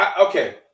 okay